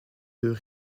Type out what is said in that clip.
deux